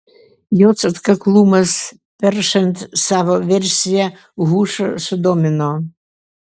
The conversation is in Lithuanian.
jos atkaklumas peršant savo versiją hušą sudomino